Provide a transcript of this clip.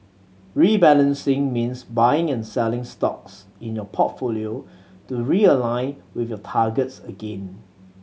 rebalancing means buying and selling stocks in your portfolio to realign with your targets again